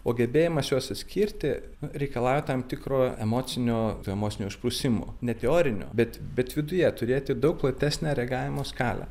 o gebėjimas juos išskirti reikalauja tam tikro emocinio emocinio išprusimo ne teorinio bet bet viduje turėti daug platesnę reagavimo skalę